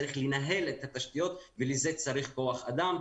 צריך לנהל את התשתיות ולזה צריך כוח אדם,